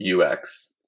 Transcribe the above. UX